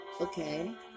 okay